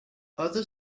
other